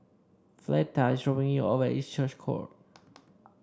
Fleeta is dropping me off at East Church call